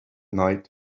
night